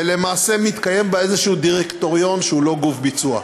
ולמעשה מתקיים בה איזה דירקטוריון שהוא לא גוף ביצוע.